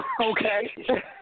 Okay